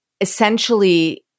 essentially